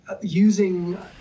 using